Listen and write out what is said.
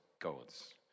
God's